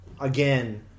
Again